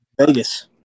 Vegas